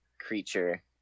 creature